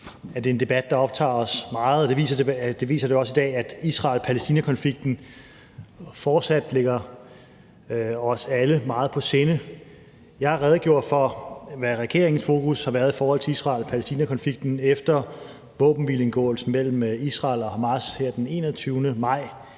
det er en debat, der optager os meget. Det viser det jo også i dag, altså at Israel-Palæstina-konflikten fortsat ligger os alle meget på sinde. Jeg har redegjort for, hvad regeringens fokus har været i forhold til Israel-Palæstina-konflikten efter våbenhvileindgåelsen mellem Israel og Hamas her den 21. maj.